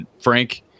Frank